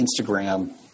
Instagram